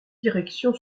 direction